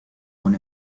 con